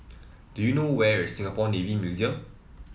do you know where is Singapore Navy Museum